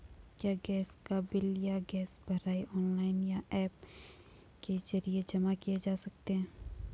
क्या गैस का बिल या गैस भराई ऑनलाइन या ऐप के जरिये जमा किये जा सकते हैं?